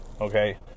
okay